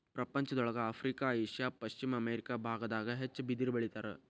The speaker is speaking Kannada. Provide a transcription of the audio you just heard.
ಪ್ರಪಂಚದೊಳಗ ಆಫ್ರಿಕಾ ಏಷ್ಯಾ ಪಶ್ಚಿಮ ಅಮೇರಿಕಾ ಬಾಗದಾಗ ಹೆಚ್ಚ ಬಿದಿರ ಬೆಳಿತಾರ